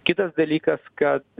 kitas dalykas kad